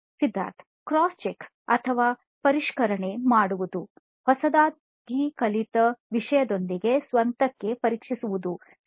Siddharth cross check ಅಥವಾ ಪರಿಷ್ಕರಣೆ ಮಾಡುವುದು ಹೊಸದಾಗಿ ಕಲಿತ ವಿಷಯದೊಂದಿಗೆ ಸ್ವತಃಕ್ಕೆ ಪರೀಕ್ಷಿಸುವುದು ಸರಿ